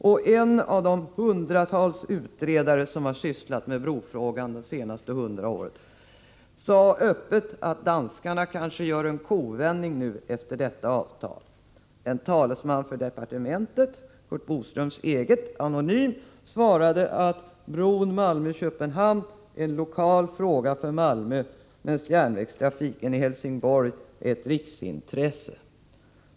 Och en av de hundratals utredare som har sysslat med brofrågan de senaste Om planerna på en hundra åren sade öppet att danskarna kanske gör en kovändning efter detta Bio mellan Mälmö avtal. En anonym talesman för Curt Boströms eget departement svarade att bron Malmö-Köpenhamn är en lokal fråga för Malmö, medan järnvägstrafiken i Helsingborg är ett riksintresse.